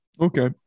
Okay